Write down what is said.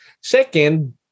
Second